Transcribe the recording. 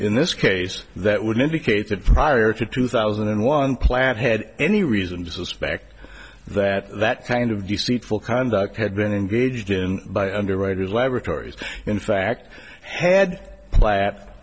in this case that would indicate that prior to two thousand and one plant had any reason to suspect that that kind of deceitful conduct had been engaged in by underwriters laboratories in fact had pla